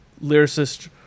lyricist